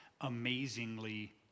amazingly